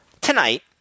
tonight